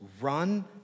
run